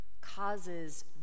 causes